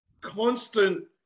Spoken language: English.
constant